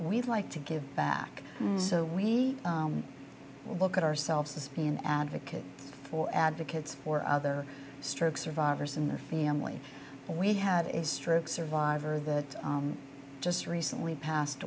we'd like to give back so we will look at ourselves as being an advocate for advocates for other stroke survivors and their family and we had a stroke survivor that just recently passed